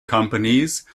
companies